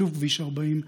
שוב כביש 40,